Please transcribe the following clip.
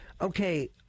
Okay